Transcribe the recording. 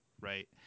Right